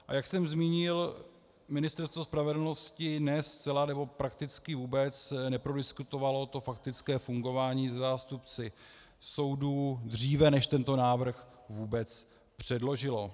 A jak jsem zmínil, Ministerstvo spravedlnosti ne zcela, nebo prakticky vůbec neprodiskutovalo to faktické fungování se zástupci soudů dříve, než tento návrh vůbec předložilo.